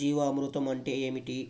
జీవామృతం అంటే ఏమిటి?